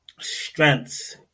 Strengths